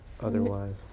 otherwise